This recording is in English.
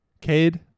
Cade